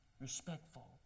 Respectful